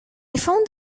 found